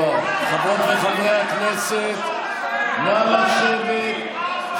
חדרי כושר, נא להוציא אותה מהאולם.